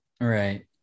Right